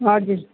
हजुर